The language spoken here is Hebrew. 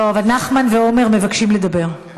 לא, אבל נחמן ועמר מבקשים לדבר.